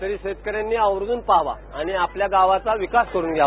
तरी शेककऱ्यांनी आवर्जून पहावा आणि आपल्या गावाचा विकास करून घ्यावा